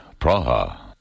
Praha